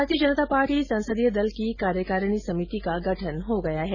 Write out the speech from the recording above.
भारतीय जनता पार्टी संसदीय दल की कार्यकारिणी समिति का गठन हो गया है